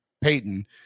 Peyton